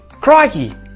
Crikey